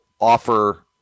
offer –